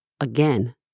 again